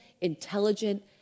intelligent